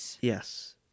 Yes